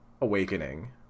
Awakening